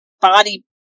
body